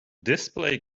display